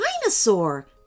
dinosaur